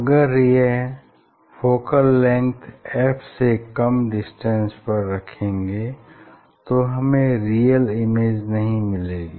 अगर यह focal length f से कम डिस्टेंस पर रखेंगे तो हमें रियल इमेज नहीं मिलेगी